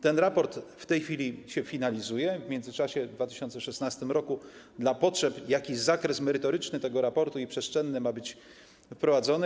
Ten raport w tej chwili się finalizuje, w międzyczasie w 2016 r. jakiś zakres merytoryczny tego raportu i przestrzenny ma być wprowadzony.